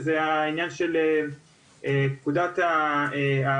זה כל העניין של פקודת הארנונה,